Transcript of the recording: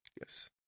Yes